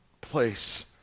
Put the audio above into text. place